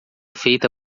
feita